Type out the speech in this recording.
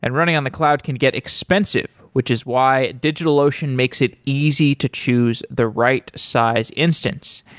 and running on the cloud can get expensive, which is why digitalocean makes it easy to choose the right size instance.